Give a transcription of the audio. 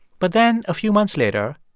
but then a few months later,